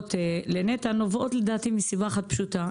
שקורות לנת"ע נובעות לדעתי מסיבה אחת פשוטה,